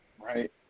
Right